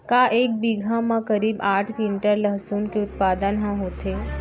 का एक बीघा म करीब आठ क्विंटल लहसुन के उत्पादन ह होथे?